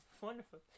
wonderful